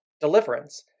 deliverance